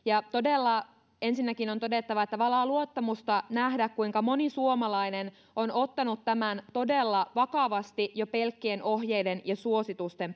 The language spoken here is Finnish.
ensinnäkin on todettava että valaa luottamusta nähdä kuinka moni suomalainen on ottanut tämän todella vakavasti jo pelkkien ohjeiden ja suositusten